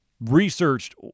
researched